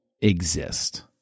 exist